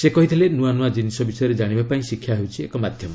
ସେ କହିଥିଲେ ନୂଆ ନୂଆ କ୍ଜିନିଷ ବିଷୟରେ ଜାଣିବା ପାଇଁ ଶିକ୍ଷା ହେଉଛି ଏକ ମାଧ୍ୟମ